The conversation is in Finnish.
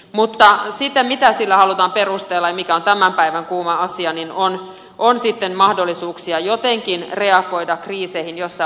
mutta se millä sitä halutaan perustella ja mikä on tämän päivän kuuma asia on se että sitten on mahdollisuudet jotenkin reagoida kriiseihin joissa olemme